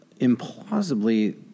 implausibly